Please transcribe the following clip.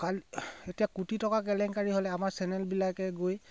এতিয়া কোটি থকা কেলেংকাৰী হ'লে আমাৰ চেনেলবিলাকে গৈ